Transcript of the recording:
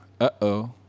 uh-oh